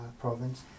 province